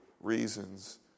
reasons